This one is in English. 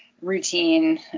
routine